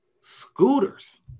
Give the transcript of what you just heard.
scooters